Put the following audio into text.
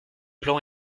plan